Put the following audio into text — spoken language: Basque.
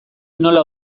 nola